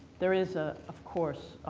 there is, ah of course,